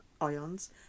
ions